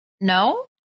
no